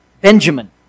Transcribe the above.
Benjamin